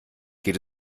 geht